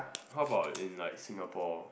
how about in like Singapore